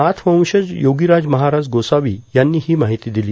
नाथवंशज योगीराज महाराज गोसावी यांनी ही माहिती दिली